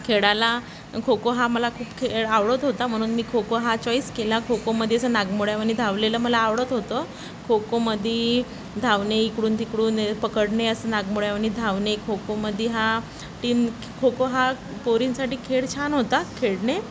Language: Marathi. खेळायला खो खो हा मला खूप खेळ आवडत होता म्हनून मी खो खो हा चॉईस केला खो खो मध्ये हा असं नागमोड्यावनी धावलेलं मला आवडत होतं खो खोमध्ये धावणे इकडून तिकडून पकडणे असं नागमोड्यावनी धावणे खोखोमध्ये हा टीन खो खो हा पोरींसाठी खेळ छान होता खेळणे